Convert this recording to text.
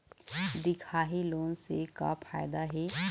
दिखाही लोन से का फायदा हे?